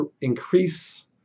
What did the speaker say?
increase